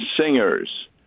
singers